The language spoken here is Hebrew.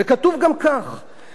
למרות האתגרים,